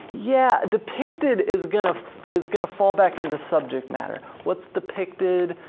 yeah, depicted is gonna is gonna fall back into subject matter. what's depicted,